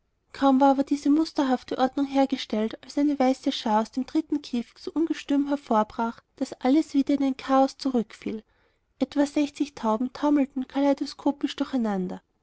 kaum war aber diese musterhafte ordnung hergestellt als eine weiße schar aus dem dritten käfig so ungestüm hervorbrach daß alles wieder in ein chaos zurückfiel etwa siebzig tauben taumelten kaleidoskopisch durcheinander